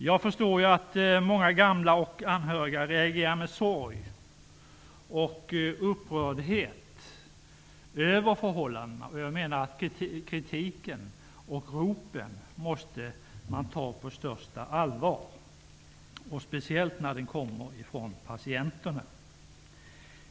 Jag förstår att många gamla och anhöriga reagerar med sorg och upprördhet över förhållandena. Kritiken och ropen måste tas på största allvar, speciellt när de kommer från patienterna.